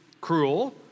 cruel